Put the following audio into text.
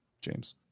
James